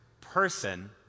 person